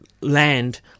land